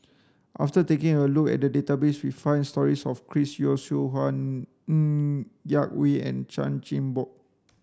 after taking a look at database we found stories about Chris Yeo Siew Hua Ng Yak Whee and Chan Chin Bock